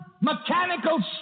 mechanical